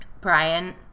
Brian